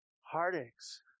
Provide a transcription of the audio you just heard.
Heartaches